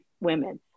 women